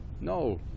No